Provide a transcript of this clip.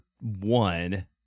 one